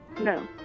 No